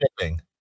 shipping